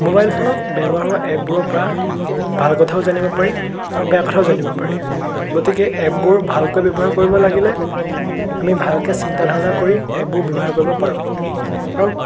mobile ফোনত ব্য়ৱহাৰ হোৱা এপবোৰৰ পৰা ভাল কথাও জানিব পাৰি আৰু বেয়া কথাও জানিব পাৰি গতিকে এপবোৰ ভালকৈ ব্য়ৱহাৰ কৰিব লাগিলে আমি ভালকৈ চিন্তা ধাৰণা কৰি এপবোৰ ব্য়ৱহাৰ কৰিব পাৰোঁ ধৰক